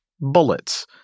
bullets